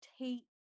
take